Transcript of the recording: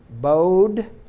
bowed